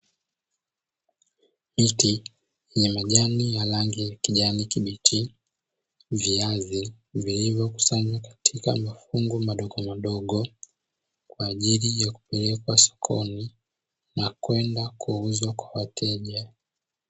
Miti yenye majani ya rangi ya kijani kibichi, viazi vilivyokusanywa katika mafungu madogomadogo, kwa ajili ya kupelekwa sokoni na kwenda kuuzwa kwa wateja.